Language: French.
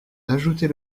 ajouter